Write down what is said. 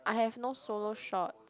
I have no solo shots